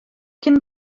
cyn